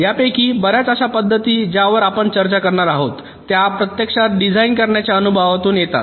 यापैकी बर्याच अशा पद्धती ज्यावर आपण चर्चा करणार आहोत त्या प्रत्यक्षात डिझाइन करण्याच्या अनुभवातून येतात